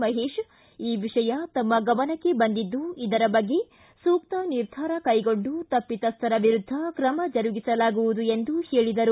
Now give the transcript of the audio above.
ಮಹೇಶ್ ಈ ವಿಷಯ ತಮ್ಮ ಗಮನಕ್ಕೆ ಬಂದಿದ್ದು ಇದರ ಬಗ್ಗೆ ಸೂಕ್ತ ನಿರ್ಧಾರ ಕೈಗೊಂಡು ತಪ್ಪಿತಸ್ಥರ ವಿರುದ್ದ ಕ್ರಮ ಜರುಗಿಸಲಾಗುವುದು ಎಂದು ಹೇಳಿದರು